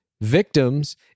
victims